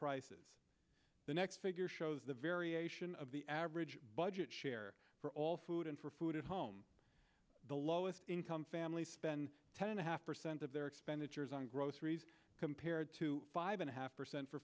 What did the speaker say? prices the next figure shows the variation of the average budget share for all food and for food at home the lowest income families spend ten and a half percent of their expenditures on groceries compared to five and a half percent for